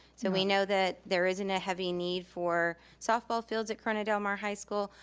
so we know that there isn't a heavy need for softball fields at corona del mar high school,